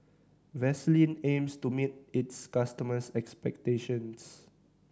Vaselin aims to meet its customers' expectations